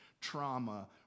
Trauma